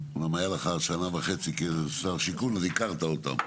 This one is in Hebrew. אמנם היה לך שנה וחצי כשר שיכון אז הכרת אותם,